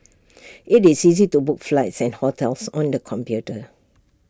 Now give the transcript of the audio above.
IT is easy to book flights and hotels on the computer